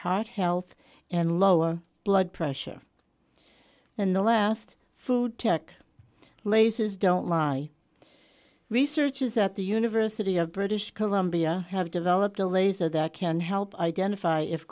heart health and lower blood pressure in the last food tech lasers don't lie research is at the university of british columbia have developed a laser that can help identify if